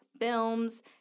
films